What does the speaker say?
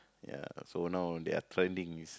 ya so now their trending is